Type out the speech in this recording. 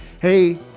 hey